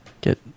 get